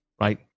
right